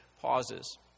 pauses